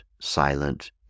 silent